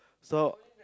stop